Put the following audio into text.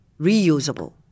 reusable